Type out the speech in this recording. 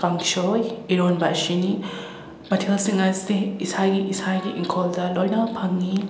ꯀꯥꯡꯁꯣꯏ ꯏꯔꯣꯟꯕ ꯑꯁꯤꯅꯤ ꯃꯊꯦꯜꯁꯤꯡ ꯑꯁꯤ ꯏꯁꯥꯒꯤ ꯏꯁꯥꯒꯤ ꯏꯪꯈꯣꯜꯗ ꯂꯣꯏꯅ ꯐꯪꯉꯤ